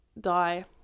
die